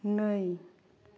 नै